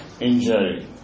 injury